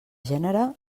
gènere